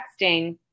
texting